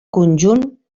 conjunt